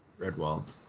Redwall